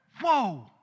whoa